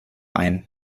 ein